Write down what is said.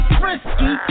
frisky